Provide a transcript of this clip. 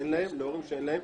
להורים שאין להם.